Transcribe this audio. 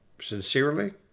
sincerely